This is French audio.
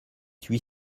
huit